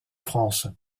france